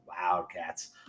Wildcats